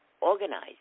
organized